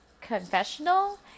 Confessional